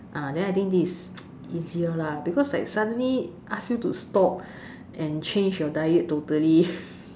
ah then I think this is easier lah because like suddenly ask you to stop and change your diet totally